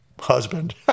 husband